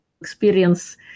experience